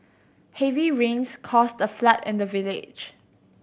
heavy rains caused the flood in the village